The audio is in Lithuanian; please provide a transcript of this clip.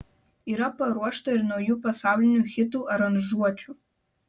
yra paruošta ir naujų pasaulinių hitų aranžuočių